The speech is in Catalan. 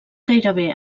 gairebé